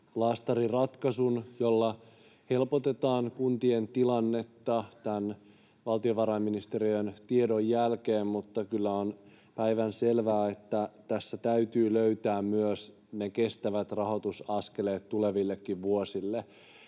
laastariratkaisun, jolla helpotetaan kuntien tilannetta tämän valtiovarainministeriön tiedon jälkeen, mutta kyllä on päivänselvää, että tässä täytyy löytää myös ne kestävät rahoitusaskeleet tulevillekin vuosille.